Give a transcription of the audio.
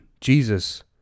Jesus